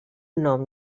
nom